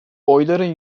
oyların